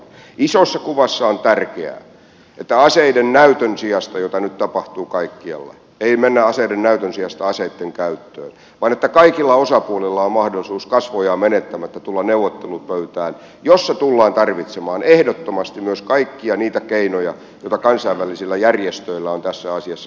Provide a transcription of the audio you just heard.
isossa kuvassa on tärkeää että aseiden näytön sijasta jota nyt tapahtuu kaikkialla ei mennä aseiden näytön sijasta aseitten käyttöön vaan että kaikilla osapuolilla on mahdollisuus kasvojaan menettämättä tulla neuvottelupöytään jossa tullaan tarvitsemaan ehdottomasti myös kaikkia niitä keinoja joita kansainvälisillä järjestöillä on tässä asiassa käytettävänään